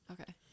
Okay